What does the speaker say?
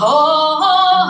oh